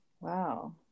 Wow